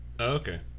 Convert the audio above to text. Okay